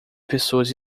pessoas